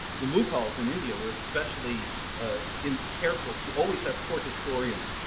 the mughals in india were especially ah in careful to always have court historians,